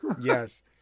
Yes